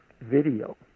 video